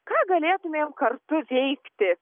ką galėtumėm kartu veikti